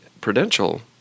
Prudential